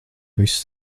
viss